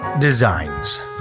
Designs